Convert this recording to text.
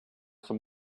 some